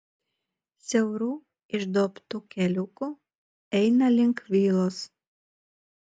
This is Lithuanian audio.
siauru išduobtu keliuku eina link vilos